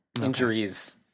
Injuries